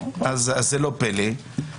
זה לא פלא.